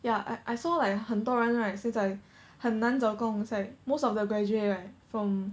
ya I I saw like 很多人 right 现在很难找工 is like most of the graduate right from